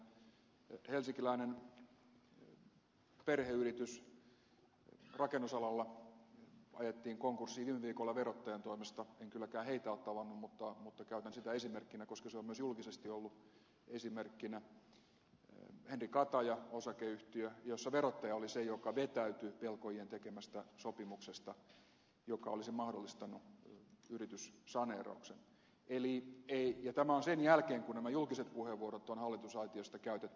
helsinkiläinen perheyritys rakennusalalla ajettiin konkurssiin viime viikolla verottajan toimesta en kylläkään heitä ole tavannut mutta käytän sitä esimerkkinä koska se on myös julkisesti ollut esimerkkinä henry kataja oy jossa verottaja oli se joka vetäytyi velkojien tekemästä sopimuksesta joka olisi mahdollistanut yrityssaneerauksen ja tämä on sen jälkeen kun nämä julkiset puheenvuorot on hallitusaitiosta käytetty